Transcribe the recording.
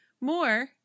More